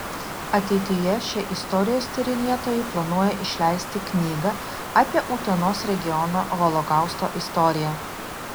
ateityje šie istorijos tyrinėtojai planuoja išleisti knygą apie utenos regiono holokausto istoriją